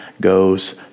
goes